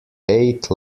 ate